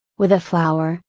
with a flower,